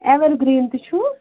ever green تہِ چھِوٕ